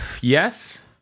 yes